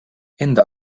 enda